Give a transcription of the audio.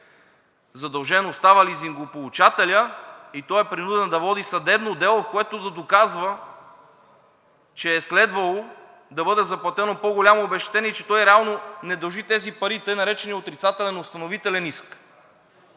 Задължен остава лизингополучателят и той е принуден да води съдебно дело, в което да доказва, че е следвало да бъде заплатено по-голямо обезщетение и че той реално не дължи тези пари, тъй наречения отрицателен установителен иск.